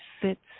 fits